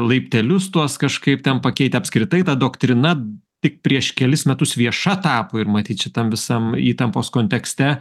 laiptelius tuos kažkaip ten pakeitę apskritai ta doktrina tik prieš kelis metus vieša tapo ir matyt šitam visam įtampos kontekste